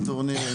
טורנירים,